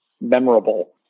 memorable